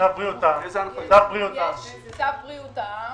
יש את צו בריאות העם,